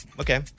Okay